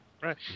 Right